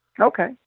Okay